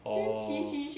orh